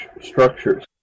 structures